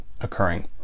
occurring